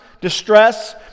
distress